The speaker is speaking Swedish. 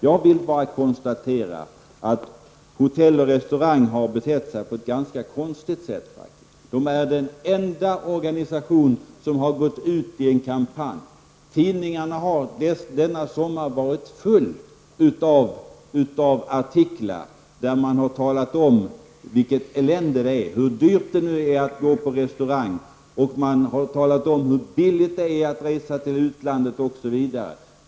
Jag vill bara konstatera att Hotell-- o. restaurang har betett sig på ett ganska konstigt sätt. Det är den enda organisation som har gått ut i en kampanj. Tidningarna har denna sommar varit fulla av artiklar där man har talat om vilket elände det är, hur dyrt det är att gå på restaurang, man har talat om hur billigt det är resa till utlandet osv.